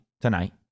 tonight